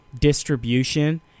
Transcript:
distribution